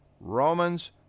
Romans